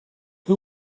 who